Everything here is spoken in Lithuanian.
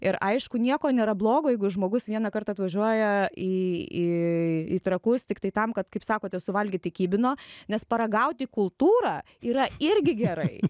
ir aišku nieko nėra blogo jeigu žmogus vieną kartą atvažiuoja į į trakus tiktai tam kad kaip sakote suvalgyti kibino nes paragauti kultūrą yra irgi gerai